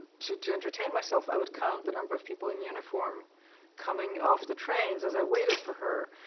to to entertain myself, i would count the number of people in uniform coming off the trains as i waited for her.